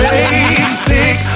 basic